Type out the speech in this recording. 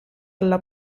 alla